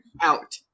Out